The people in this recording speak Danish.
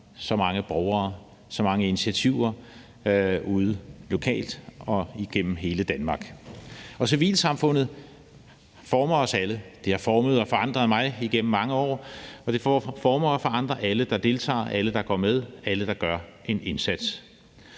så mange borgere og så mange initiativer ude lokalt og igennem hele Danmark. Og civilsamfundet former os alle. Det har formet og forandret mig igennem mange år, og det former og forandrer alle, der deltager, alle, der går med, og alle, der gør en indsats.